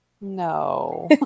No